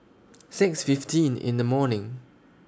six fifteen in The morning